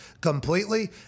completely